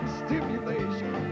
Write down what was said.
stimulation